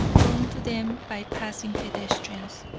thrown to them by passing pedestrians.